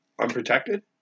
unprotected